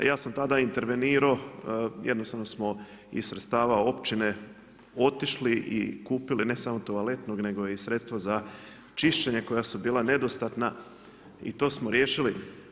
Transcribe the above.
Ja sam tada intervenirao, jednostavno smo iz sredstava općine otišli i kupili ne samo toaletnog nego i sredstva za čišćenje koja su bila nedostatna i to smo riješili.